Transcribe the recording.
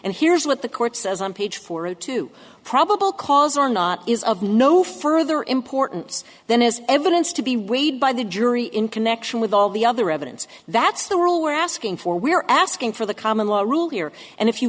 and here's what the court says on page four zero two probable cause or not is of no further importance than is evidence to be weighed by the jury in connection with all the other evidence that's the rule we're asking for we're asking for the common law rule here and if you